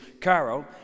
carol